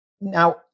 Now